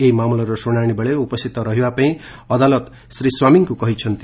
ଏହି ମାମଲାର ଶୁଣାଣି ବେଳେ ଉପସ୍ଥିତ ରହିବା ପାଇଁ କୋର୍ଟ ଶ୍ରୀ ସ୍ୱାମୀଙ୍କୁ କହିଛନ୍ତି